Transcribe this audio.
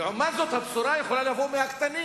לעומת זאת, הבשורה יכולה לבוא מהקטנים,